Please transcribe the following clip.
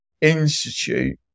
institute